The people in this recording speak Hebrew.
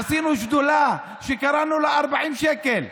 עשינו שדולה וקראנו לה "40 שקל".